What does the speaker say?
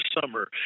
summer